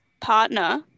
partner